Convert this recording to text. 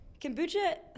Kombucha